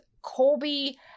Colby